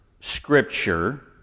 scripture